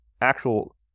actual